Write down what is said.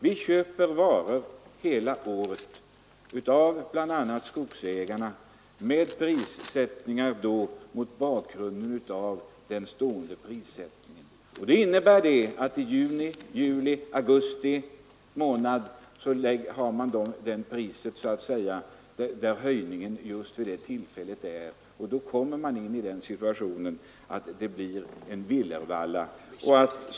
Vi köper varor hela året, bl.a. av skogsägarna, till priser som bestäms av den stående prissättningen. Det innebär att det uppstår villervalla i juni, juli och augusti, när prishöjningarna inträffar.